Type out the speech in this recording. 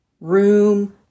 room